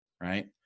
right